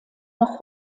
noch